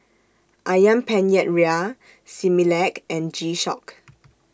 Ayam Penyet Ria Similac and G Shock